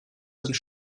sind